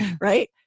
right